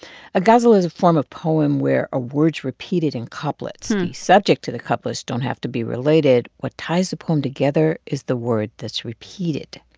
a ghazal is a form of poem where a word's repeated in couplets. the subject to the couplets don't have to be related. what ties the poem together is the word that's repeated.